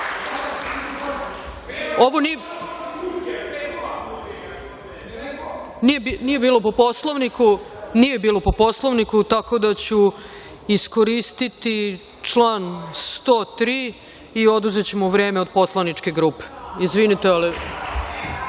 Hvala. Nije bilo po Poslovniku, tako da ću iskoristiti član 103. i oduzeću vreme od poslaničke grupe. Izvinite. Idemo